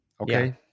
Okay